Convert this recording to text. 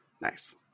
Nice